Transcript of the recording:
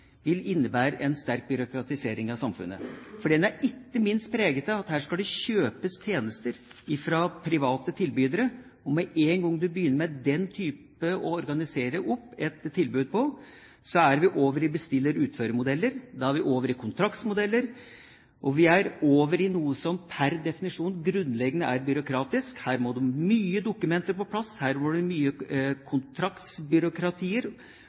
vil innebære en sterk byråkratisering av samfunnet. Den er ikke minst preget av at her skal det kjøpes tjenester fra private tilbydere. Med en gang en begynner med den måten å organisere opp et tilbud på, er vi over på bestiller–utfører-modeller, og da er vi over i kontraktsmodeller, og da er vi over i noe som per definisjon grunnleggende er byråkratisk. Her må mye dokumenter på plass, her må mye